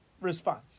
response